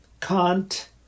Kant